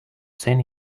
seen